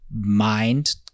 mind